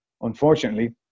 Unfortunately